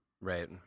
Right